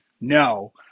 No